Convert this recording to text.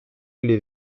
les